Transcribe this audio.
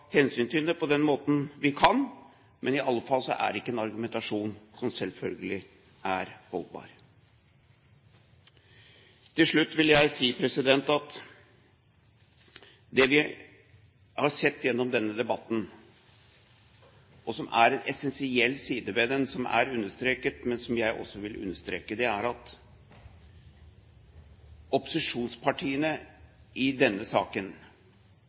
hensyn til det på den måten vi kan, men iallfall er det selvfølgelig ikke en argumentasjon som er holdbar. Til slutt vil jeg si at det vi har sett gjennom denne debatten, som er en essensiell side ved den, som er understreket, men som jeg også vil understreke, er at opposisjonspartiene i denne saken